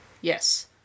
Yes